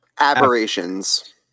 Aberrations